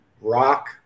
rock